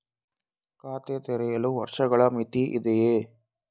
ಖಾತೆ ತೆರೆಯಲು ವರ್ಷಗಳ ಮಿತಿ ಇದೆಯೇ?